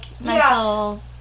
mental